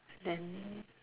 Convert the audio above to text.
then